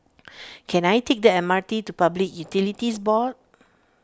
can I take the M R T to Public Utilities Board